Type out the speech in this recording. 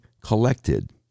collected